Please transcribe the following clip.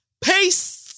Peace